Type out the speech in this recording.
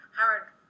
Howard